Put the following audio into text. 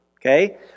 Okay